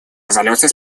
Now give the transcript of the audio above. резолюций